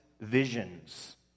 visions